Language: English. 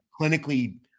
clinically